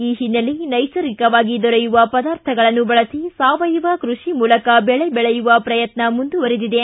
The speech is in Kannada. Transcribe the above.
ಈ ಹಿನ್ನೆಲೆ ನೈಸರ್ಗಿಕವಾಗಿ ದೊರೆಯುವ ಪದಾರ್ಥಗಳನ್ನು ಬಳಸಿ ಸಾವಯವ ಕೃಷಿ ಮೂಲಕ ಬೆಳೆ ಬೆಳೆಯುವ ಪ್ರಯತ್ನ ಮುಂದುವರೆದಿದೆ